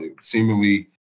seemingly